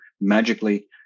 magically